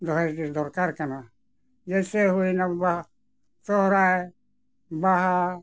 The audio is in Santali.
ᱫᱚᱦᱚᱭ ᱫᱚᱨᱠᱟᱨ ᱠᱟᱱᱟ ᱡᱮᱥᱮ ᱦᱩᱭᱮᱱᱟ ᱵᱟ ᱥᱚᱦᱚᱨᱟᱭ ᱵᱟᱦᱟ